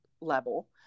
level